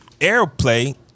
airplay